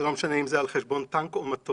ולא משנה אם זה על חשבון טנק או מטוס.